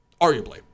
arguably